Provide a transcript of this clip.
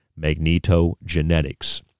magnetogenetics